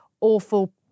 awful